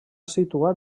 situar